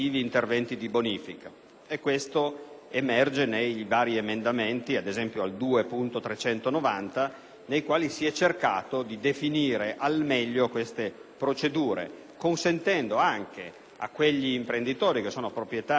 Questo emerge nei vari emendamenti (ad esempio, nell'emendamento 2.390) nei quali si è cercato di definire al meglio queste procedure, consentendo anche, a quegli imprenditori che sono proprietari di aree che non sono state